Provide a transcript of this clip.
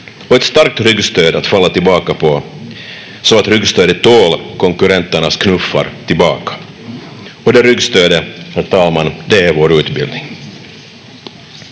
och ett strakt ryggstöd att falla tillbaka på, så att ryggstödet tål konkurrenternas knuffar tillbaka. Det ryggstödet, herr talman, det är vår utbildning.